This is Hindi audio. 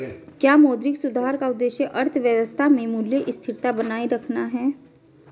क्या मौद्रिक सुधार का उद्देश्य अर्थव्यवस्था में मूल्य स्थिरता बनाए रखना है?